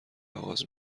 آغاز